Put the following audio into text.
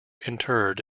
interred